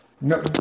No